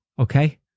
Okay